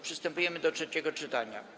Przystępujemy do trzeciego czytania.